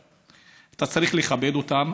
אתה צריך לכבד אותם.